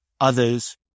Others